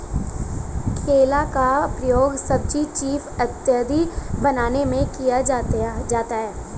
केला का प्रयोग सब्जी चीफ इत्यादि बनाने में किया जाता है